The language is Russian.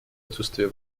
отсутствие